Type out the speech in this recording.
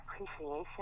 appreciation